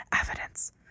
Evidence